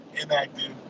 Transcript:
inactive